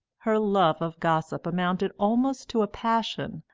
her love of gossip amounted almost to a passion,